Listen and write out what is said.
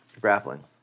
Grappling